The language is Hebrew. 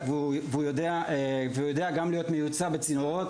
הוא יודע גם להיות מיוצא בצינורות,